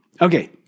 Okay